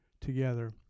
together